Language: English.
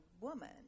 woman